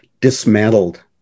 dismantled